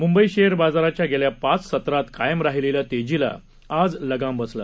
Mumbai share बाजारात गेल्या पाच सत्रात कायम राहिलेल्या तेजीला आज लगाम बसला